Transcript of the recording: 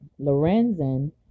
Lorenzen